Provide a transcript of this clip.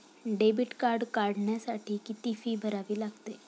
Debit card काढण्यासाठी किती fee भरावी लागते?